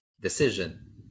decision